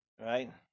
right